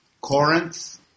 Corinth